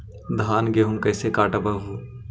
धाना, गेहुमा कैसे कटबा हू?